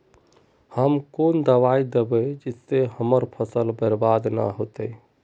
हम कौन दबाइ दैबे जिससे हमर फसल बर्बाद न होते?